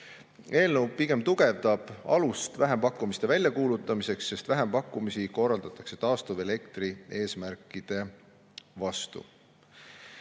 Eelnõu pigem tugevdab alust vähempakkumiste väljakuulutamiseks, sest vähempakkumisi korraldatakse taastuvelektri eesmärkide vastu.